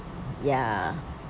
ya